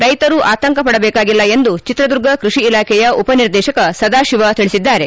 ರೈತರು ಆತಂಕ ಪಡಬೇಕಾಗಿಲ್ಲ ಎಂದು ಚಿತ್ರದುರ್ಗ ಕೃಷಿ ಇಲಾಖೆಯ ಉಪನಿರ್ದೇಶಕ ಸದಾಶಿವ ತಿಳಿಸಿದ್ದಾರೆ